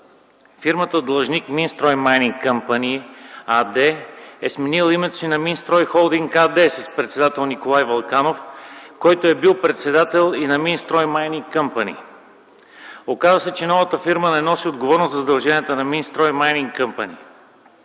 Фирмата длъжник „Минстрой Майнинг Къмпани” АД е сменила името си на „Минстрой Холдинг” АД с председател Николай Вълканов, който е бил председател и на „Минстрой Майнинг Къмпани”. Оказа се, че новата фирма не носи отговорност за задълженията на „Минстрой Майнинг Къмпани”.